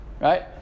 Right